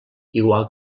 igual